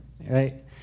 right